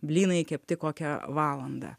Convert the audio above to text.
blynai kepti kokia valandą